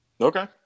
Okay